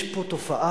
יש פה תופעה.